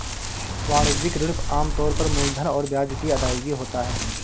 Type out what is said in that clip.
वाणिज्यिक ऋण आम तौर पर मूलधन और ब्याज की अदायगी होता है